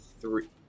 three